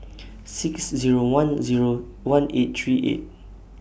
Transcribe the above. six Zero one Zero one eight three eight